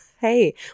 Hey